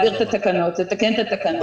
לתקן את התקנות.